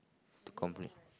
to complete